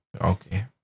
Okay